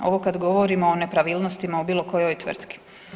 Ovo kad govorimo o nepravilnostima u bilo kojoj tvrtki.